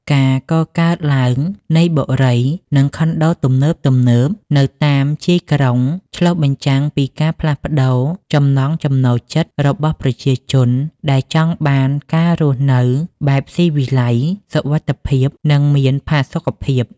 ការកកើតឡើងនៃបុរី និងខុនដូទំនើបៗនៅតាមជាយក្រុង ឆ្លុះបញ្ចាំងពីការផ្លាស់ប្តូរចំណង់ចំណូលចិត្តរបស់ប្រជាជនដែលចង់បានការរស់នៅបែបស៊ីវិល័យ សុវត្ថិភាព និងមានផាសុកភាព។